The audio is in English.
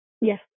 Yes